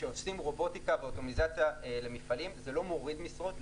כשעושים רובוטיקה ואוטומיזציה למפעלים זה לא מוריד משרות,